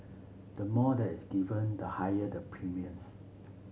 the more that is given the higher the premiums